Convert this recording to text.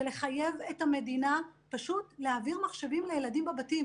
לחייב את המדינה פשוט להעביר מחשבים לילדים בבתים.